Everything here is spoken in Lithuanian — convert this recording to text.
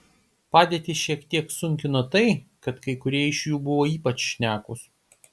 padėtį šiek tiek sunkino tai kad kai kurie iš jų buvo ypač šnekūs